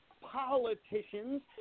politicians